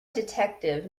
detective